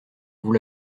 vous